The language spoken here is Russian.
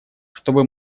чтобы